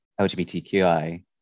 LGBTQI